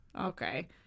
Okay